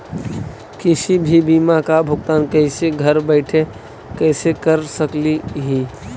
किसी भी बीमा का भुगतान कैसे घर बैठे कैसे कर स्कली ही?